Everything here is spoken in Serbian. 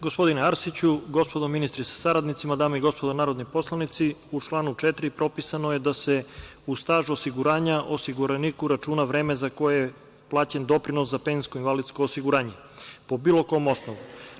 Gospodine Arsiću, gospodo ministri sa saradnicima, dame i gospodo narodni poslanici, u članu 4. propisano je da se u staž osiguranja osiguranika računa vreme za koje je plaćen doprinos za PIO, po bilo kom osnovu.